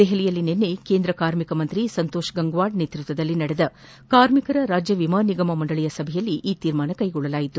ದೆಹಲಿಯಲ್ಲಿ ನಿನ್ನೆ ಕೇಂದ್ರ ಕಾರ್ಮಿಕ ಸಚಿವ ಸಂತೋಷ್ ಗಂಗ್ವಾರ್ ನೇತೃತ್ವದಲ್ಲಿ ನಡೆದ ಕಾರ್ಮಿಕರ ರಾಜ್ಞ ವಿಮಾ ನಿಗಮ ಮಂಡಳಿಯ ಸಭೆಯಲ್ಲಿ ಈ ನಿರ್ಧಾರ ಕೈಗೊಳ್ಳಲಾಗಿದೆ